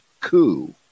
coup